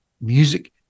music